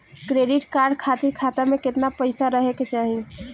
Credit card खातिर खाता में केतना पइसा रहे के चाही?